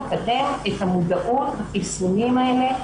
לקדם את המודעות לחיסונים האלה,